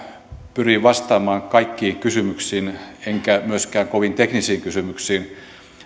pyri vastaamaan kaikkiin kysymyksiin enkä myöskään kovin teknisiin kysymyksiin